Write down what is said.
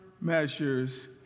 measures